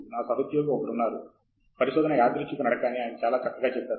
నా సహోద్యోగి ఒకరు ఉన్నారు పరిశోధన యాదృచ్ఛిక నడక అని ఆయన చాలా చక్కగా చెప్పారు